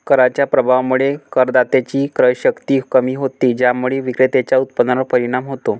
कराच्या प्रभावामुळे करदात्याची क्रयशक्ती कमी होते, ज्यामुळे विक्रेत्याच्या उत्पन्नावर परिणाम होतो